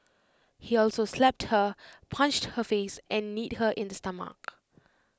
he also slapped her punched her face and kneed her in the stomach